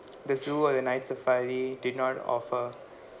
the zoo or the night safari did not offer